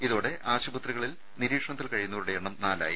ഇതോടെ ആശുപത്രിയിൽ നിരീക്ഷണത്തിൽ കഴിയുന്നവരുടെ എണ്ണം നാലായി